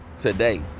today